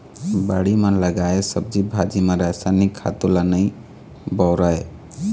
बाड़ी म लगाए सब्जी भाजी म रसायनिक खातू ल नइ बउरय